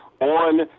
on